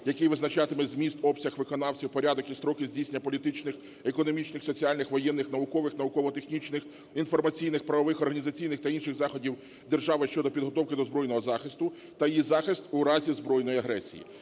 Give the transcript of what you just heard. який визначатиме зміст, обсяг виконавців, порядок і строки здійснення політичних, економічних, соціальних, воєнних, наукових, науково-технічних, інформаційних, правових, організаційних та інших заходів держави щодо підготовки до збройного захисту, та її захист у разі збройної агресії.